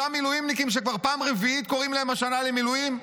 אותם מילואימניקים שכבר פעם רביעית קוראים להם השנה למילואים?